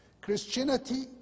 Christianity